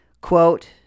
Quote